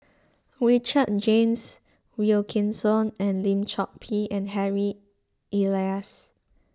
Richard James Wilkinson and Lim Chor Pee and Harry Elias